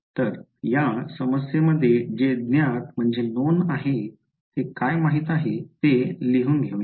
तर या समस्येमध्ये जे ज्ञात आहे ते काय माहित आहे ते लिहून घेऊया